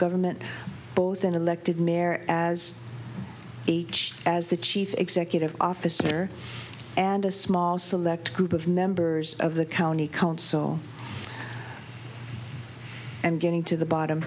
government both an elected mayor as as the chief executive officer and a small select group of members of the county council and getting to the bottom